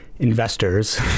Investors